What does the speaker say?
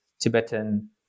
Tibetan